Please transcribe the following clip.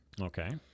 Okay